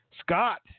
Scott